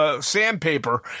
sandpaper